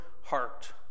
heart